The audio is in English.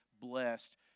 blessed